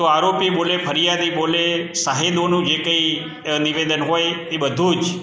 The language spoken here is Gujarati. તો આરોપી બોલે ફરિયાદી બોલે સાહિદોનું જે કંઈ નિવેદન હોય એ બધું જ